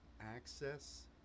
access